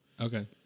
Okay